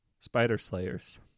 Spider-slayers